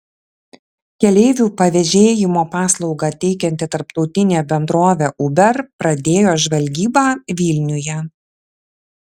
keleivių pavėžėjimo paslaugą teikianti tarptautinė bendrovė uber pradėjo žvalgybą vilniuje